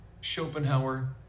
Schopenhauer